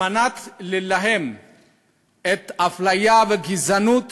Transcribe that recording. כדי להילחם באפליה ובגזענות